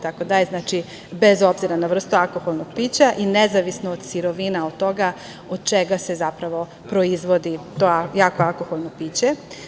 Tako da, bez obzira na vrstu alkoholnog pića i nezavisno od sirovina, od toga od čega se zapravo proizvodi to jako alkoholno piće.